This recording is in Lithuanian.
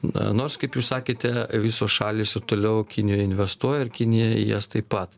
nors kaip jūs sakėte visos šalys ir toliau kinijoj investuoja ir kinija į jas taip pat